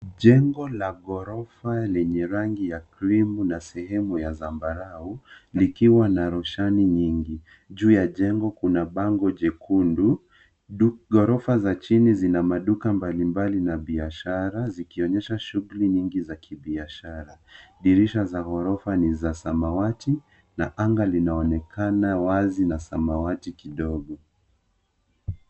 Jengo la ghorofa lenye rangi ya krimu na sehemu ya zambarau likiwa na roshani nyingi. Juu ya jengo kuna bango jekundu. Ghorofa za chini zina maduka mbalimbali na biashara zikionyesha shughuli nyingi za kibiashara. Dirisha za ghorofa ni za samawati na anga linaonekana wazi na samawati kidogo.